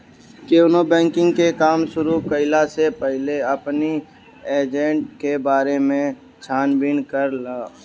केवनो बैंकिंग के काम शुरू कईला से पहिले अपनी एजेंट के बारे में छानबीन कर लअ